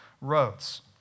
roads